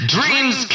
Dreams